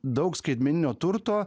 daug skaitmeninio turto